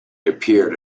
appeared